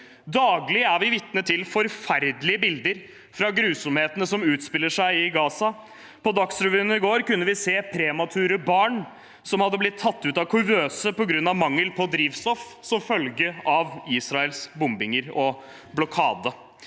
Daglig er vi vitne til forferdelige bilder fra grusomhetene som utspiller seg i Gaza. På Dagsrevyen i går kunne vi se premature barn som hadde blitt tatt ut av kuvøse på grunn av mangel på drivstoff som følge av Israels bombinger og blokade.